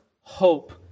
hope